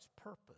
purpose